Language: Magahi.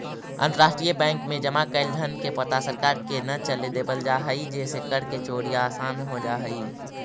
अंतरराष्ट्रीय बैंक में जमा कैल धन के पता सरकार के न चले देवल जा हइ जेसे कर के चोरी आसान हो जा हइ